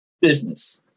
business